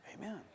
Amen